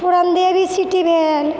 Puran Devi city भेल